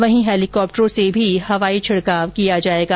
वहीं हेलीकॉप्टरों से ही हवाई छिड़काव किया जाएगा